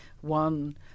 one